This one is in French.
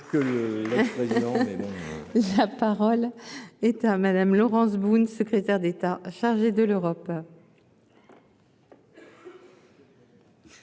La parole est à madame Laurence Boone, secrétaire d'État chargé de l'Europe.--